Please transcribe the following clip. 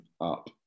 up